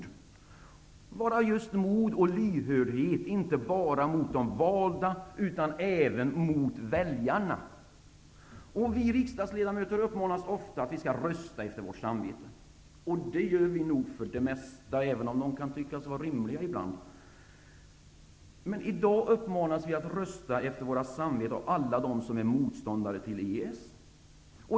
Det kan vara just mod och lyhördhet inte bara mot de valda, utan även mot väljarna. Vi riksdagsledamöter uppmanas ofta att vi skall rösta efter vårt samvete. Det gör vi nog för det mesta, även om de kan tyckas vara rymliga ibland. I dag uppmanas vi att rösta efter våra samveten av alla dem som är motståndare till EES.